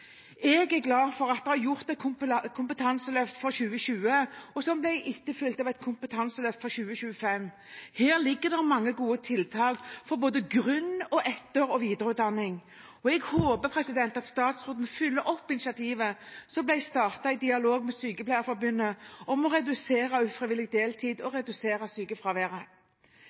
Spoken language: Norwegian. Jeg er glad for at det er gjort et kompetanseløft for 2020, og som ble etterfulgt av et kompetanseløft for 2025. Her ligger det mange gode tiltak for både grunn-, etter- og videreutdanning. Jeg håper at statsråden følger opp initiativet som ble startet i dialog med Norsk Sykepleierforbund, om å redusere ufrivillig deltid og redusere sykefraværet.